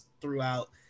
throughout